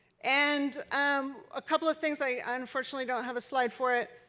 and um a couple of things i unfortunately don't have a slide for it,